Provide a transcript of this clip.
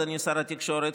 אדוני שר התקשורת,